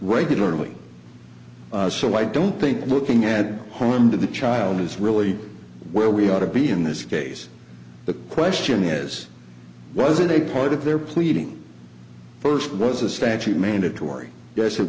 regularly so i don't think looking at harm to the child is really where we ought to be in this case the question is was it a part of their pleading first was a statute mandatory yes it